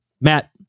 Matt